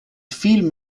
film